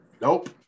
nope